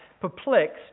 perplexed